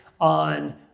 on